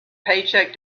paycheck